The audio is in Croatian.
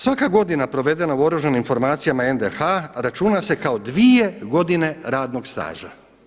Svaka godina provedena o oružanim formacijama NDH računa se kao 2 godine radnog staža.